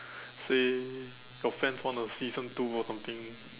say your friends want a season two or something